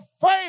faith